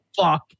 fuck